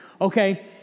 Okay